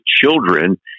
children